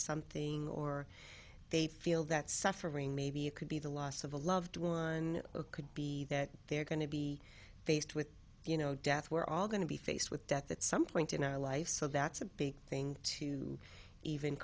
something or they feel that suffering maybe it could be the loss of a loved one could be that they're going to be faced with you know death we're all going to be faced with death at some point in our life so that's a big thing to even